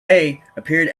appeared